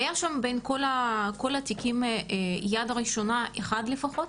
היה שם בין כל התיקים יד ראשונה אחד לפחות?